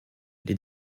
les